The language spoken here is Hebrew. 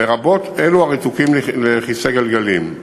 לרבות אלו הרתוקים לכיסא גלגלים.